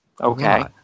Okay